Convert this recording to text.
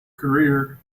career